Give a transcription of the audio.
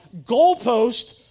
goalpost